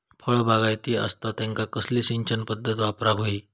फळबागायती असता त्यांका कसली सिंचन पदधत वापराक होई?